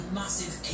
massive